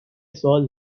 سوال